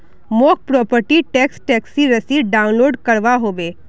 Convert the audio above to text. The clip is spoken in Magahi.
मौक प्रॉपर्टी र टैक्स टैक्सी रसीद डाउनलोड करवा होवे